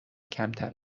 کمتر